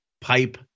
pipe